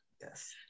yes